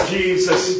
Jesus